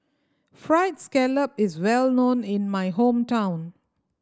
Fried Scallop is well known in my hometown